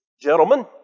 Gentlemen